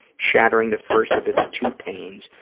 shattering the first of its two panes,